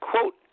Quote